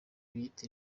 biyita